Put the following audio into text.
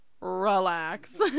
relax